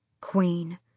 queen